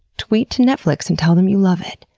tweet to netflix and tell them you love it.